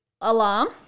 alarm